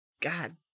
God